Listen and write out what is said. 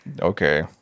Okay